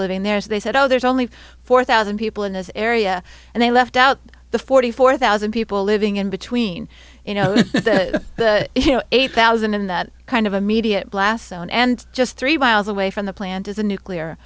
living there and they said oh there's only four thousand people in this area and they left out the forty four thousand people living in between you know eight thousand in that kind of immediate blast zone and just three miles away from the plant is a nuclear